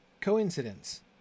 coincidence